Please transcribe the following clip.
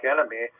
Enemy